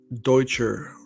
Deutscher